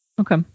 Okay